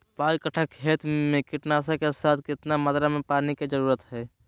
पांच कट्ठा खेत में कीटनाशक के साथ कितना मात्रा में पानी के जरूरत है?